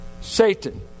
Satan